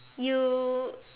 you